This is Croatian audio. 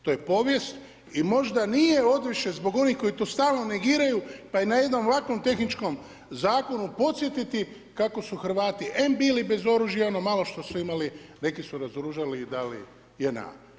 To je povijest i možda nije odviše zbog onih koji to stalno negiraju pa je na jednom ovakvom tehničkom zakonu podsjetiti kako su Hrvati, em bili bez oružja ono malo što su imali neki su razoružali i dali JNA.